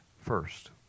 first